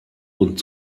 und